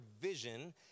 vision